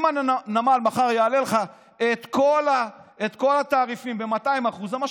אם הנמל מחר יעלה לך את כל התעריפים ב-200% זה מה שתשלם.